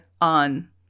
on